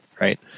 Right